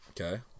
okay